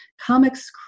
comics